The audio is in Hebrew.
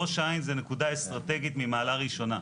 ראש העין היא נקודה אסטרטגית ממעלה ראשונה.